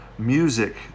music